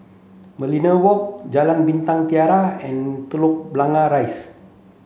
Merlion Walk Jalan Bintang Tiga and Telok Blangah Rise